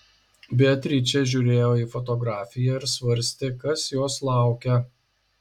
beatričė žiūrėjo į fotografiją ir svarstė kas jos laukia